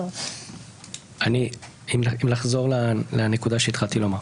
אם לחזור לנקודה שהתחלתי לומר.